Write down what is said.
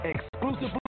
Exclusive